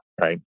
right